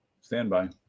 Standby